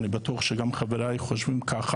ואני בטוח שגם חבריי חושבים כך